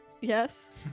Yes